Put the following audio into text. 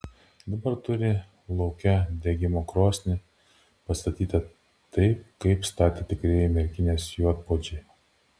dabar turi lauke degimo krosnį pastatytą taip kaip statė tikrieji merkinės juodpuodžiai